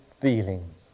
feelings